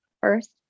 first